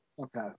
okay